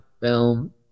film